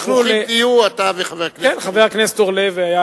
ברוכים תהיו, אתה וחבר הכנסת אורלב.